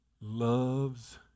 loves